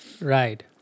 right